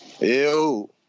Ew